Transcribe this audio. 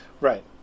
Right